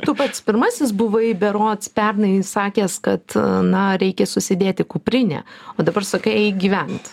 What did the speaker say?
tu pats pirmasis buvai berods pernai sakęs kad na reikia susidėti kuprinę o dabar sakai eik gyvent